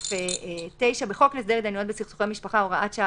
סעיף 9. בחוק חוק להסדר התדיינויות בסכסוכי משפחה (הוראת שעה),